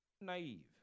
naive